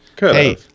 Hey